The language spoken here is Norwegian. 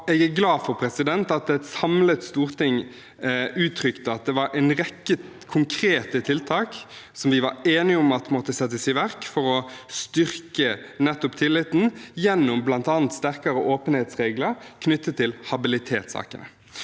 Jeg er glad for at et samlet storting uttrykte at det var en rekke konkrete tiltak som vi var enige om at måtte settes i verk for å styrke nettopp tilliten, gjennom bl.a. sterkere åpenhetsregler knyttet til habilitetssakene.